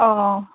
अँ